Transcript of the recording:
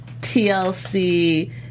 TLC